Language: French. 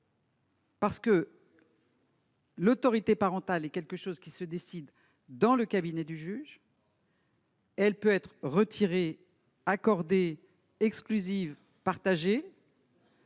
parce que l'autorité parentale se décide dans le cabinet du juge. Elle peut être retirée, accordée, exclusive, partagée,